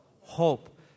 hope